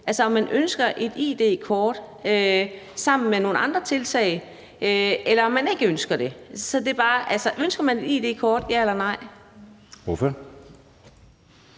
altså om man ønsker et id-kort sammen med nogle andre tiltag, eller om man ikke ønsker det. Så spørgsmålet er bare: Ønsker man et id-kort – ja eller nej? Kl.